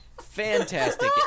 fantastic